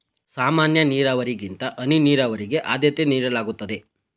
ಸಾಮಾನ್ಯ ನೀರಾವರಿಗಿಂತ ಹನಿ ನೀರಾವರಿಗೆ ಆದ್ಯತೆ ನೀಡಲಾಗುತ್ತದೆ